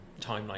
timeline